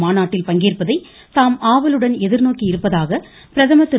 மாநாட்டில் பங்கேற்பதை தாம் ஆவலுடன் எதிர்நோக்கியிருப்பதாக பிரதமர் திரு